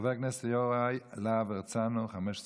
חבר הכנסת יוראי להב הרצנו, חמש דקות.